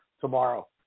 tomorrow